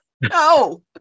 No